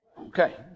Okay